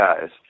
guys